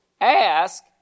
Ask